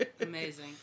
amazing